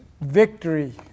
Victory